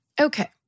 Okay